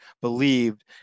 believed